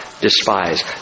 despise